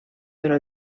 però